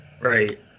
Right